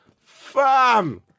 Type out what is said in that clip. FAM